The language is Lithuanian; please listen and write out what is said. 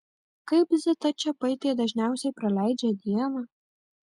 kaip zita čepaitė dažniausiai praleidžia dieną